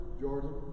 Jordan